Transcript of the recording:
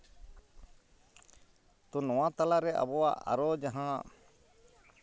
ᱛᱚ ᱱᱚᱣᱟ ᱛᱟᱞᱟ ᱨᱮ ᱟᱵᱚᱣᱟᱜ ᱟᱨᱚ ᱡᱟᱦᱟᱸ